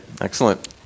Excellent